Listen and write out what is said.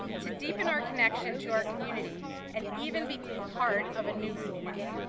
to deepen our connection to our community, and even be part of a new community.